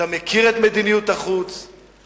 אתה מכיר את מדיניות החוץ,